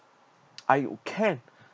I can